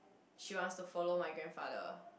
she wants to follow my grandfather